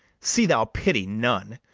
see thou pity none,